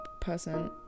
person